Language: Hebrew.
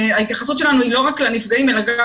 ההתייחסות שלנו היא לא רק לנפגעים אלא גם